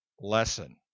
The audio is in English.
lesson